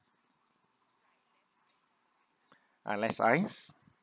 uh less ice